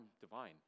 divine